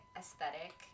aesthetic